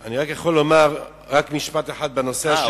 אני יכול לומר רק משפט אחד בנושא השני, אה.